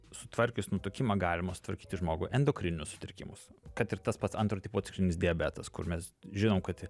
sutvarkius nutukimą galima sutvarkyti žmogui endokrininius sutrikimus kad ir tas pats antro tipo cukrinis diabetas kur mes žinom kad